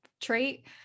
trait